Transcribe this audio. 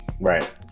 Right